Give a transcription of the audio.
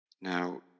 Now